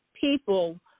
people